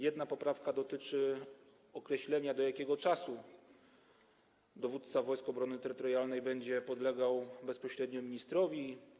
Jedna poprawka dotyczy określenia, do jakiego czasu dowódca Wojsk Obrony Terytorialnej będzie podlegał bezpośrednio ministrowi.